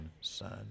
Son